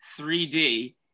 3D